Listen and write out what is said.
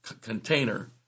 container